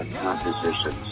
compositions